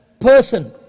person